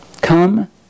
Come